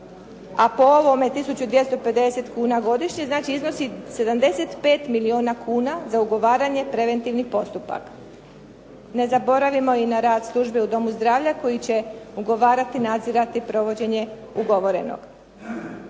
a po ovome 1.250,00 kuna godišnje, znači iznosi 75 milijuna kuna za ugovaranje preventivnih postupaka. Ne zaboravimo i na rad službe u domu zdravlja koji će ugovarati i nadzirati provođenje ugovorenog.